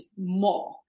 more